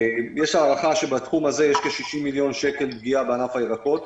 יש הערכה שבתחום הזה יש כ-60 מיליון שקל פגיעה בענף הירקות.